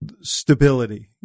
stability